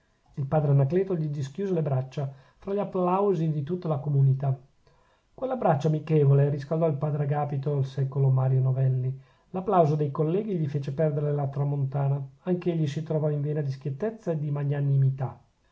il padre anacleto gli dischiuse le braccia fra gli applausi di tutta la comunità quell'abbraccio amichevole riscaldò il padre agapito al secolo mario novelli l'applauso dei colleghi gli fece perdere la tramontana anch'egli si trovò in vena di schiettezza e di magnanimità